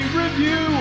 review